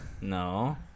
No